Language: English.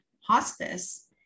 hospice